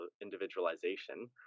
individualization